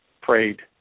prayed